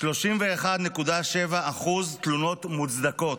31.7% תלונות מוצדקות.